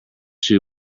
shoe